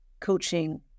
coaching